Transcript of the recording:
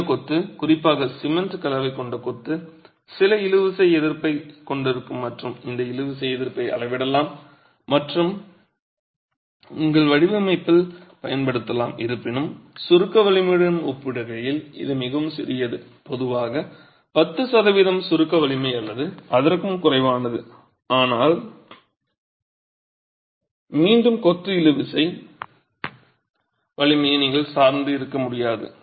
நவீன கொத்து குறிப்பாக சிமெண்ட் கலவை கொண்ட கொத்து சில இழுவிசை எதிர்ப்பைக் கொண்டிருக்கும் மற்றும் இந்த இழுவிசை எதிர்ப்பை அளவிடலாம் மற்றும் உங்கள் வடிவமைப்பில் பயன்படுத்தலாம் இருப்பினும் சுருக்க வலிமையுடன் ஒப்பிடுகையில் இது மிகவும் சிறியது பொதுவாக 10 சதவிகிதம் சுருக்க வலிமை அல்லது அதற்கும் குறைவானது ஆனால் மீண்டும் கொத்து இழுவிசை வலிமையை நீங்கள் சார்ந்து இருக்க முடியாது